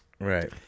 Right